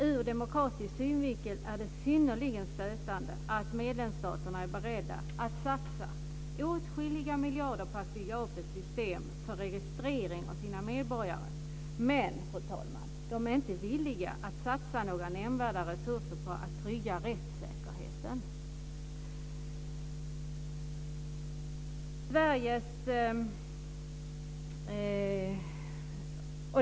Ur demokratisk synvinkel är det synnerligen stötande att medlemsstaterna är beredda att satsa åtskilliga miljarder på att bygga upp ett system för registrering av sina medborgare men inte, fru talman, villiga att satsa några nämnvärda resurser på att trygga rättssäkerheten.